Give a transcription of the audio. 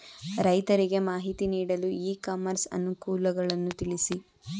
ರೈತರಿಗೆ ಮಾಹಿತಿ ನೀಡಲು ಇ ಕಾಮರ್ಸ್ ಅನುಕೂಲಗಳನ್ನು ತಿಳಿಸಿ?